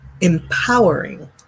empowering